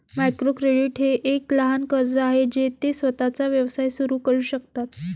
micro credit हे एक लहान कर्ज आहे जे ते स्वतःचा व्यवसाय सुरू करू शकतात